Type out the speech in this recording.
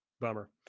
Bummer